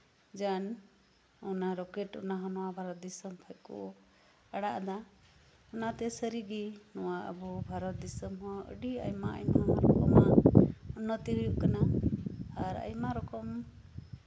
ᱚᱱᱟ ᱨᱚᱠᱮᱴ ᱚᱱᱟ ᱦᱚᱸ ᱱᱚᱣᱟ ᱵᱷᱟᱨᱚᱛ ᱫᱤᱥᱚᱢ ᱠᱷᱚᱡ ᱠᱚ ᱟᱲᱟᱜ ᱫᱟ ᱚᱱᱟᱛᱮ ᱥᱟᱨᱤᱜᱮ ᱱᱚᱣᱟ ᱵᱷᱟᱨᱚᱛ ᱫᱤᱥᱚᱢ ᱦᱚᱸ ᱟᱰᱤ ᱟᱭᱢᱟ ᱦᱚᱲ ᱢᱮᱱᱟᱜ ᱵᱚᱱᱟ ᱚᱱᱟᱛᱮ ᱟᱭᱢᱟ ᱩᱱᱱᱚᱛᱤ ᱦᱩᱭᱩᱜ ᱠᱟᱱᱟ ᱟᱨ ᱟᱭᱢᱟ ᱨᱚᱠᱚᱢ ᱫᱤᱠ ᱫᱤᱭᱮ